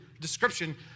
description